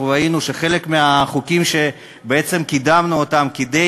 אנחנו ראינו שחלק מהחוקים שבעצם קידמנו כדי